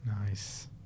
Nice